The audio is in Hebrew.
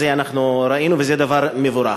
את זה אנחנו ראינו, וזה דבר מבורך.